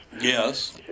Yes